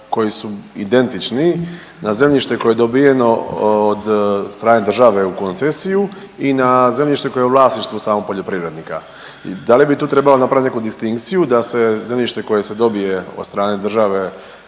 koji su identični na zemljište koje je dobijeno od strane države u koncesiju i na zemljište koje je u vlasništvu samog poljoprivrednika i da li bi tu trebalo napravit neku distinkciju da se zemljište koje se dobije od strane države